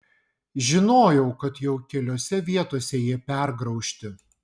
žinojau kad jau keliose vietose jie pergraužti